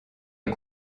est